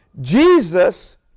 Jesus